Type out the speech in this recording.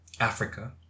Africa